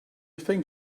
think